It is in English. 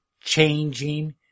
changing